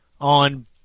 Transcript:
on